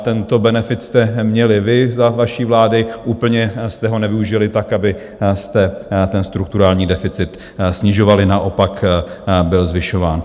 Tento benefit jste měli vy za vaší vlády, úplně jste ho nevyužili tak, abyste strukturální deficit snižovali, naopak byl zvyšován.